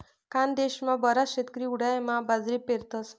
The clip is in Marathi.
खानदेशमा बराच शेतकरी उंडायामा बाजरी पेरतस